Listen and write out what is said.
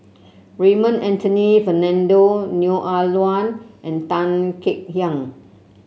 Raymond Anthony Fernando Neo Ah Luan and Tan Kek Hiang